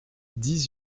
dix